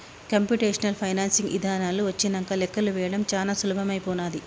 computational financing ఇదానాలు వచ్చినంక లెక్కలు వేయడం చానా సులభమైపోనాది